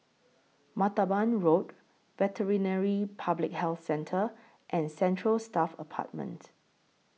Martaban Road Veterinary Public Health Centre and Central Staff Apartment